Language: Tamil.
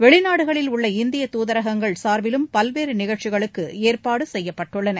வெளிநாடுகளில் உள்ள இந்திய துதரகங்கள் சார்பிலும் பல்வேறு நிகழ்ச்சிகளுக்கு ஏற்பாடு செய்யப்பட்டுள்ளன